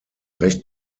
recht